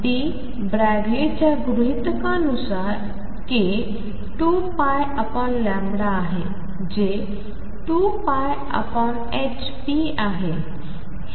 D ब्रोगलीच्या गृहीतकानुसार k 2π आहे जे 2πhp आहे